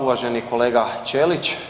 Uvaženi kolega Ćelić.